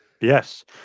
Yes